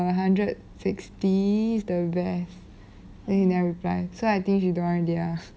err hundred sixty is the best the he never reply so I think she don't want already ah